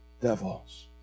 devils